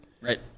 Right